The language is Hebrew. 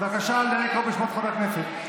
בבקשה, נא לקרוא בשמות חברי הכנסת.